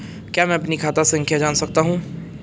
क्या मैं अपनी खाता संख्या जान सकता हूँ?